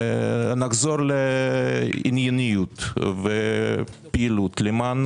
שתתעשתו ושנחזור לענייניות ולפעילות למען